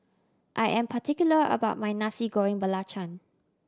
I am particular about my Nasi Goreng Belacan